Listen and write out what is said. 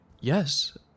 Yes